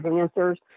answers